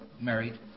married